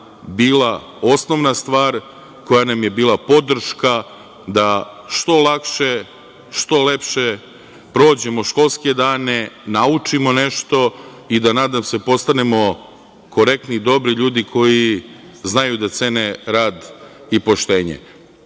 bila osnovna stvar koja nam je bila podrška da što lakše, što lepše prođemo školske dane, naučimo nešto i da nadam se postanemo korektni i dobri ljudi koji znaju da cene rad i poštenje. Ovo